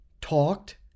talked